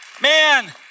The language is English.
Man